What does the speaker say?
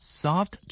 soft